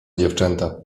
dziewczęta